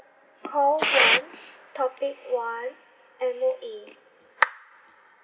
call one topic one M_O_E